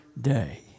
day